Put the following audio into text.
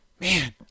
man